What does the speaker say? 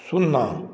शुन्ना